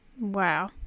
Wow